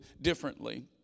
differently